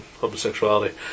homosexuality